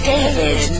David